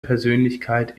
persönlichkeit